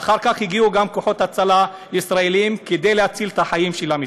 ואחר כך גם הגיעו כוחות הצלה ישראלים כדי להציל את החיים של המתנחלים.